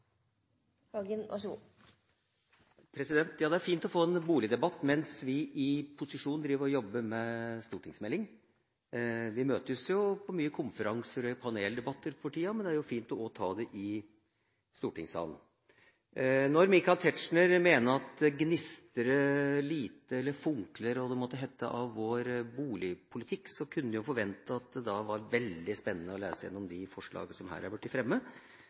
han refererte til. Det er fint å få en boligdebatt mens vi i posisjon jobber med stortingsmeldinga. Vi møtes mye på konferanser og i paneldebatter for tida, men det er også fint å ta det i stortingssalen. Når Michael Tetzschner mener at det gnistrer eller funkler lite av vår boligpolitikk, kunne vi forvente at det da var veldig spennende å lese gjennom de forslagene som har blitt fremmet her. Jeg skal vise til dem og kommentere dem. Min hovedreaksjon er